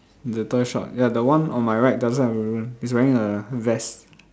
the toy shop ya the one on my right doesn't have a ribbon it's wearing a vest